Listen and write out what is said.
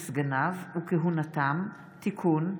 חוק חינוך ממלכתי (תיקון,